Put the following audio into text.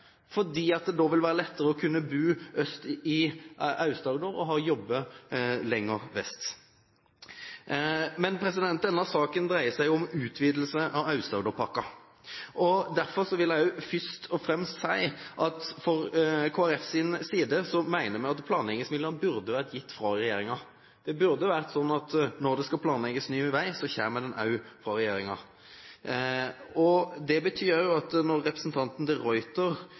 da vil være lettere å bo øst i Aust-Agder og jobbe lenger vest. Denne saken dreier seg om utvidelse av Aust-Agderpakka. Derfor vil jeg først og fremst si at Kristelig Folkeparti mener at planleggingsmidlene burde ha vært gitt fra regjeringen. Det burde vært sånn at når det planlegges ny vei, kommer det fra regjeringen. Når representanten de Ruiter i sitt innlegg snakker om planleggingsmidlene, burde de